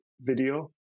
video